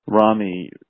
Rami